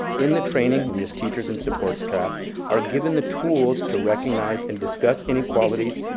in the training, we as teachers and support staff are given the tools to recognize and discuss inequalities,